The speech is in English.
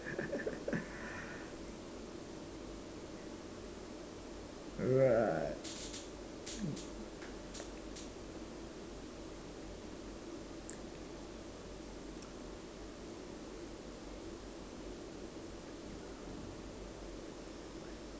right